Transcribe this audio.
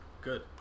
Good